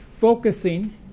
Focusing